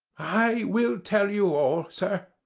i will tell you all, sir.